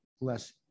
less